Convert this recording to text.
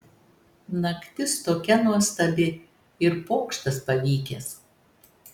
naktis tokia nuostabi ir pokštas pavykęs